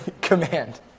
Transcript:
command